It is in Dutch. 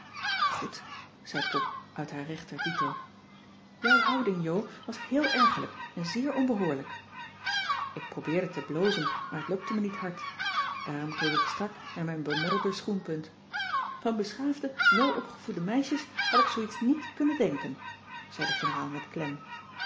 goed zei pop uit haar rechterdito jouw houding jo was heel ergerlijk en zeer onbehoorlijk ik probeerde te blozen maar t lukte me niet hard daarom keek ik strak naar mijn bemodderde schoenpunt van beschaafde welopgevoede meisjes had ik zooiets niet kunnen denken zei de generaal met klem